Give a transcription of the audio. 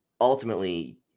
ultimately